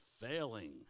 failing